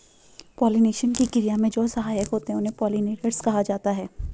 pollination की क्रिया में जो सहायक होते हैं उन्हें पोलिनेटर्स कहा जाता है